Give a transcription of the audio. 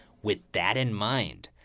with that in mind,